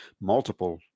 multiple